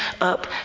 up